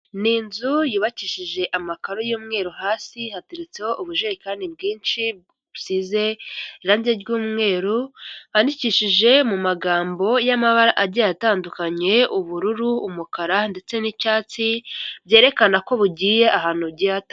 Ni inzu yubakishije amakaro y'umweru hasi haturutseho ubujerekani bwinshi busize irangi ry'umweru handikishije mu magambo y'amabara agiye atandukanye, ubururu, umukara ndetse n'icyatsi, byerekana ko bugiye ahantugiye hatandukanye.